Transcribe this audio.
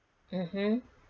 mmhmm